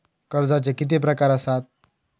कर्जाचे किती प्रकार असात?